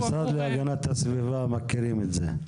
עבור --- המשרד להגנת הסביבה מכירים את זה.